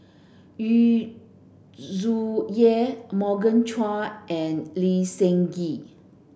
Yu Zhuye Morgan Chua and Lee Seng Gee